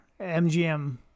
MGM